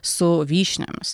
su vyšniomis